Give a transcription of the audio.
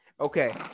Okay